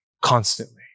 constantly